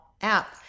app